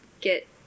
get